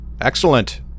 Excellent